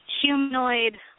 humanoid